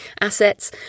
assets